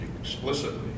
explicitly